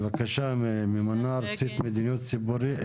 ממונה ארצית מדיניות ציבורית,